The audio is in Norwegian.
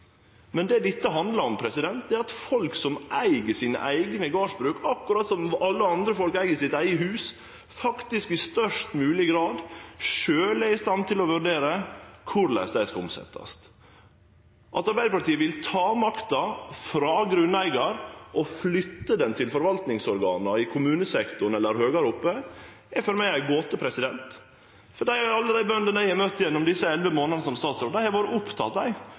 Det dette handlar om, er at folk som eig sine eigne gardsbruk, akkurat som alle andre folk eig sitt eige hus, i størst mogleg grad sjølve er i stand til å vurdere korleis dei eigedomane skal omsetjast. At Arbeidarpartiet vil ta makta frå grunneigar og flytte ho til forvaltingsorgana i kommunesektoren eller høgare opp, er for meg ei gåte. Alle dei bøndene eg har møtt gjennom desse elleve månadene som statsråd, har vore opptekne av